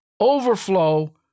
overflow